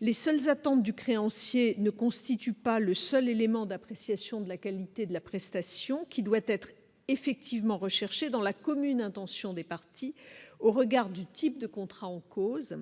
les sommes attendues créanciers ne constitue pas le seul élément d'appréciation de la qualité de la prestation qui doit être effectivement recherchées dans la commune intention des partis au regard du type de contrat en cause